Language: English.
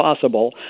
possible